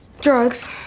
Drugs